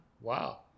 Wow